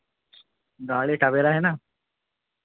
गाड़ी टवेरा है ना